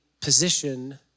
position